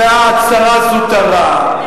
ואת שרה זוטרה,